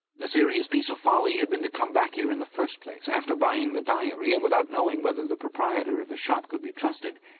the serious piece of folly had been to come back here in the first place, after buying the diary and without knowing whether the proprietor of the shop could be trusted.